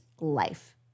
life